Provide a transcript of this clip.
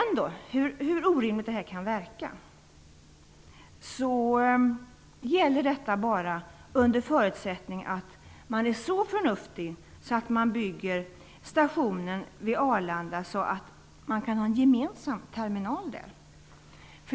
Hur orimligt det än kan verka gäller det bara under förutsättning att man är så förnuftig att man bygger stationen vid Arlanda så, att man kan ha en gemensam terminal där.